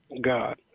God